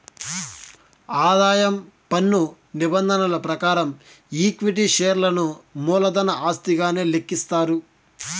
ఆదాయం పన్ను నిబంధనల ప్రకారం ఈక్విటీ షేర్లను మూలధన ఆస్తిగానే లెక్కిస్తారు